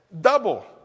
double